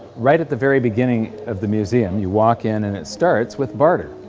right at the very beginning of the museum you walk in and it starts with barter,